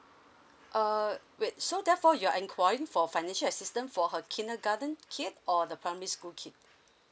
err wait so therefore you're inquiring for financial assistance for her kindergarten kids or the primary school kid